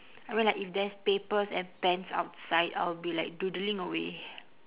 I mean like if there's papers and pens outside I'll be like doodling away